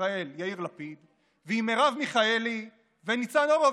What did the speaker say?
ישראל יאיר לפיד ועם מרב מיכאלי וניצן הורוביץ,